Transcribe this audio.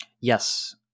Yes